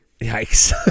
Yikes